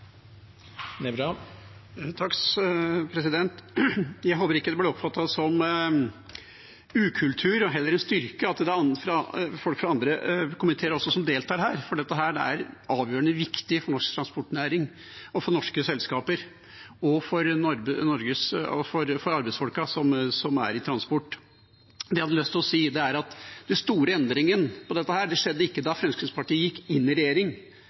folk fra andre komiteer som deltar her, for dette er avgjørende viktig for norsk transportnæring, for norske selskaper og for arbeidsfolka som er i transporten. Det jeg hadde lyst til å si, er at den store endringen innenfor dette ikke skjedde da Fremskrittspartiet gikk inn i regjering,